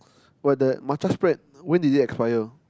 but the matcha spread when doe it expire